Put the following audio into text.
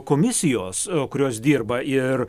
komisijos kurios dirba ir